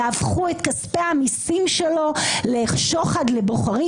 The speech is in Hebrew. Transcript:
יהפכו את כספי המיסים שלו לשוחד לבוחרים,